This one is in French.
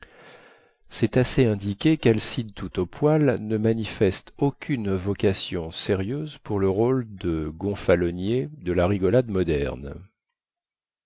cest assez indiquer qualcide toutaupoil ne manifeste aucune vocation sérieuse pour le rôle de gonfalonier de la rigolade moderne